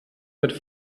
mit